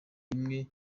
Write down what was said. rimwe